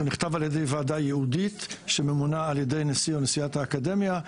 הוא נכתב ע"י ועדה ייעודית שממונה ע"י נשיא/ת האקדמיה.